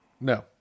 No